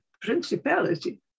principality